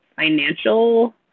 financial